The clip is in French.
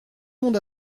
monde